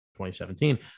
2017